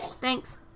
thanks